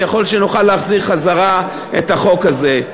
ויכול להיות שנוכל להחזיר את החוק הזה.